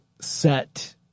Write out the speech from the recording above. set